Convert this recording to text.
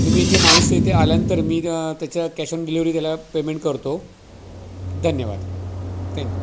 तुम्ही इथे माणूस इथे आल्यानंतर मी त्याच्या कॅश ऑन डिलिव्हरी त्याला पेमेंट करतो धन्यवाद थँक यू